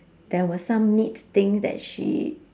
there was some meat thing that she